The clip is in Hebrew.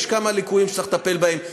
יש כמה ליקויים שצריך לטפל בהם.